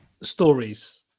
stories